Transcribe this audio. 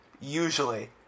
usually